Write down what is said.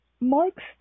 Marks